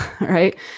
Right